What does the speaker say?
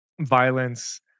violence